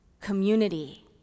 community